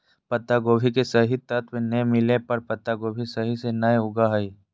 पत्तागोभी के सही तत्व नै मिलय पर पत्तागोभी सही से नय उगो हय